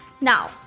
Now